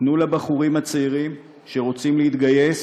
תנו לבחורים הצעירים שרוצים להתגייס.